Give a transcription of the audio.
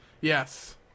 Yes